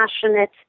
passionate